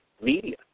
media